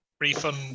refund